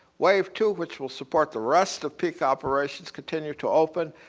wave two which will support the rest of peak operations continue to open.